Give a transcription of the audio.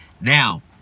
Now